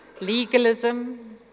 legalism